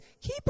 keep